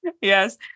yes